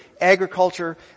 agriculture